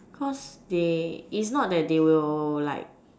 cause they it's not that they will like